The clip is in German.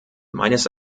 meines